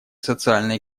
социально